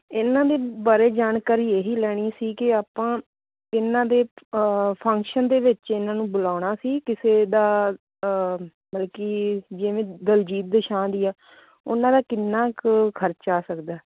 ਇਹਨਾਂ ਦੇ ਬਾਰੇ ਜਾਣਕਾਰੀ ਇਹ ਹੀ ਲੈਣੀ ਸੀ ਕਿ ਆਪਾਂ ਇਹਨਾਂ ਦੇ ਫੰਕਸ਼ਨ ਦੇ ਵਿੱਚ ਇਹਨਾਂ ਨੂੰ ਬੁਲਾਉਣਾ ਸੀ ਕਿਸੇ ਦਾ ਮਤਲਬ ਕਿ ਜਿਵੇਂ ਦਲਜੀਤ ਦੋਸਾਂਝ ਆ ਉਹਨਾਂ ਦਾ ਕਿੰਨਾ ਕੁ ਖਰਚਾ ਆ ਸਕਦਾ